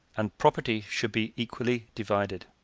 and property should be equally divided.